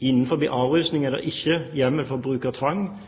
Innenfor avrusing er det ikke hjemmel for bruk av tvang.